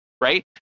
right